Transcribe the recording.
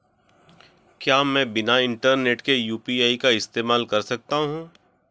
क्या मैं बिना इंटरनेट के यू.पी.आई का इस्तेमाल कर सकता हूं?